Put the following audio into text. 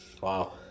wow